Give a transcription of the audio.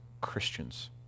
Christians